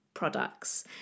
Products